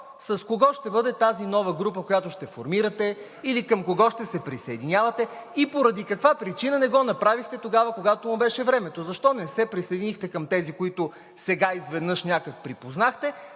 С кого ще бъде тази нова група, която ще формирате, или към кого ще се присъединявате, и поради каква причина не го направихте тогава, когато му беше времето? Защо не се присъединихте към тези, които сега изведнъж някак припознахте,